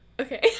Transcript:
Okay